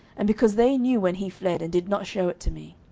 and because they knew when he fled, and did not shew it to me.